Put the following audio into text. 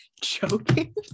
joking